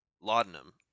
laudanum